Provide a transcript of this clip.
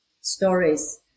stories